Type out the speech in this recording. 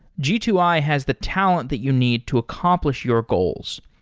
g two i has the talent that you need to accomplish your goals.